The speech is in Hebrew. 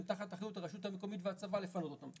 הם תחת אחריות הרשות המקומית והצבא לפנות אותם.